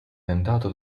tentato